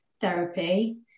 therapy